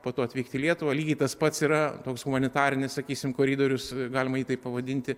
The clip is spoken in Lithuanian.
po to atvykti į lietuvą lygiai tas pats yra toks humanitarinis sakysim koridorius galima jį taip pavadinti